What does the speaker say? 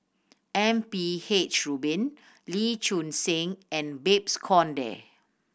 M P H Rubin Lee Choon Seng and Babes Conde